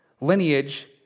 lineage